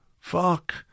fuck